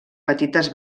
petites